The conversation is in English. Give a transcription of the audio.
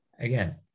again